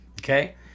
okay